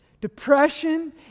Depression